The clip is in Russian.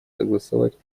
согласовать